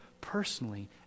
personally